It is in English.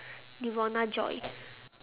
devona joy